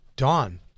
Dawn